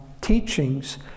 teachings